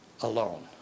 alone